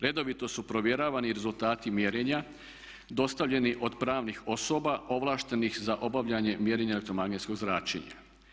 Redovito su provjeravani rezultati mjerenja dostavljeni od pravnih osoba ovlaštenih za obavljanje mjerenja elektromagnetskog zračenja.